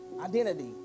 Identity